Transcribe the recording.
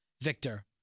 Victor